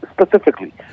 specifically